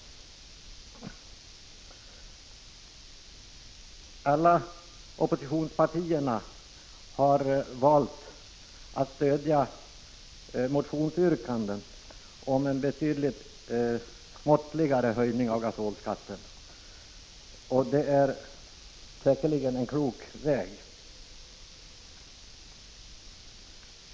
Samtliga oppositionspartier har valt att stödja motionärernas yrkanden om en betydligt måttligare höjning av gasolskatten. Det är säkerligen en klok väg.